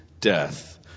death